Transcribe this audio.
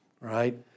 right